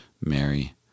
Mary